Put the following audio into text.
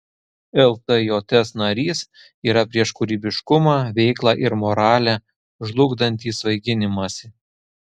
ltjs narys yra prieš kūrybiškumą veiklą ir moralę žlugdantį svaiginimąsi